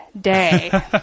day